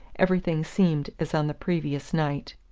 everything seemed as on the previous night.